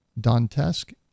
Donetsk